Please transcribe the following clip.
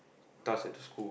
tasks at school